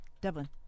Devlin